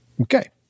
Okay